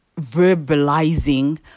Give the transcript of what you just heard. verbalizing